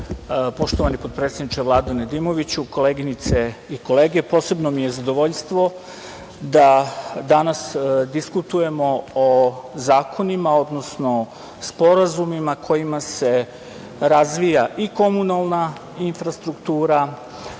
skupštine. Poštovani potpredsedniče Vlade Nedimoviću, koleginice i kolege, posebno mi je zadovoljstvo da danas diskutujemo o zakonima, odnosno sporazumima kojima se razvija i komunalna infrastruktura